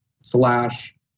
slash